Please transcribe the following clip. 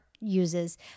uses